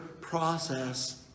process